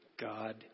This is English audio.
God